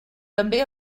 també